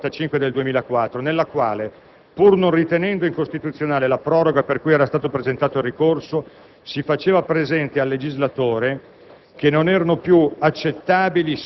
enunciati nella sentenza n. 155 del 2004, nella quale, pur non ritenendo incostituzionale la proroga per cui era stato presentato il ricorso, si faceva presente al legislatore